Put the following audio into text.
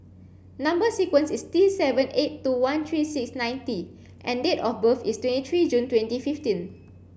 number sequence is T seven eight two one three six nine T and date of birth is twenty three June twenty fifteen